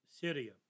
Syria